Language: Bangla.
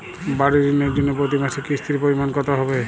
বাড়ীর ঋণের জন্য প্রতি মাসের কিস্তির পরিমাণ কত হবে?